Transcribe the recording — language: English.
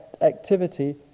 activity